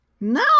no